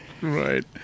right